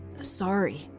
sorry